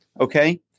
okay